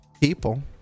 people